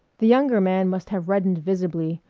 the younger man must have reddened visibly,